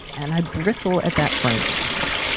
and i bristle at that framing, i think.